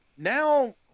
now